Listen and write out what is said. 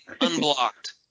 unblocked